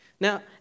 Now